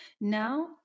Now